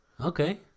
Okay